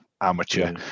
Amateur